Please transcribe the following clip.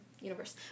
universe